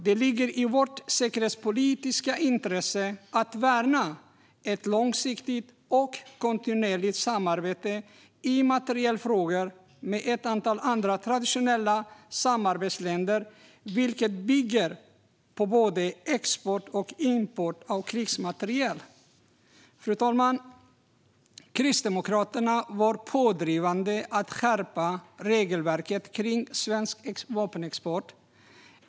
Det ligger i vårt säkerhetspolitiska intresse att värna ett långsiktigt och kontinuerligt samarbete i materielfrågor med ett antal traditionella samarbetsländer, vilket bygger på både export och import av krigsmateriel. Fru talman! Kristdemokraterna var pådrivande när det gällde att skärpa regelverket för svensk vapenexport.